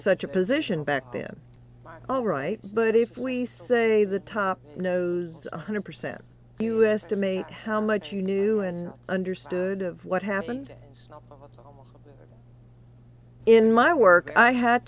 such a position back then all right but if we say the top knows one hundred percent us to me how much you knew and understood of what happened in my work i had